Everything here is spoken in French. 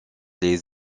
les